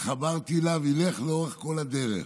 התחברתי אליו והוא ילך לאורך כל הדרך.